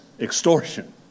extortion